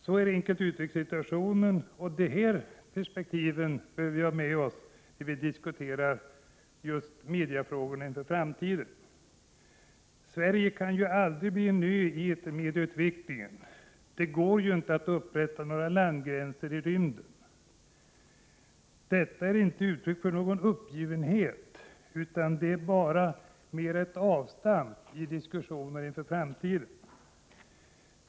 Sådan är situationen enkelt uttryckt, och dessa perspektiv bör vi ha med när vi diskuterar mediefrågor inför framtiden. Sverige kan aldrig bli en ö i etermedieutvecklingen. Det går ju inte att upprätta några gränser i rymden. Detta är inte ett uttryck för uppgivenhet utan mera ett avstamp i diskussionerna om framtiden.